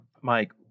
Mike